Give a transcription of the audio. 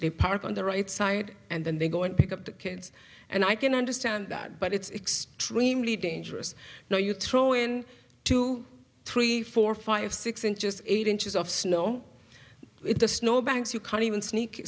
they park on the right side and then they go and pick up the kid and i can understand that but it's extremely dangerous now you throw in two three four five six in just eight inches of snow the snow banks you can even sneak